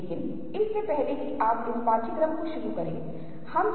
अनुभूति के रूप में क्या परिभाषित किया जा सकता है